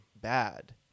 bad